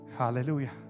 hallelujah